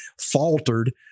faltered